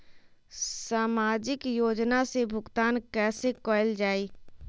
सामाजिक योजना से भुगतान कैसे कयल जाई?